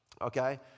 okay